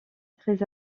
très